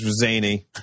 zany